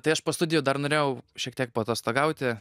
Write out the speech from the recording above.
tai aš po studijų dar norėjau šiek tiek paatostogauti